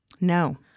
No